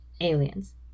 aliens